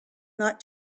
not